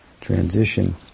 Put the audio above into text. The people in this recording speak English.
transition